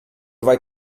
vai